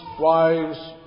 wives